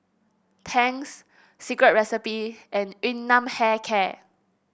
Tangs Secret Recipe and Yun Nam Hair Care